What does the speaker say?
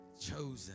chosen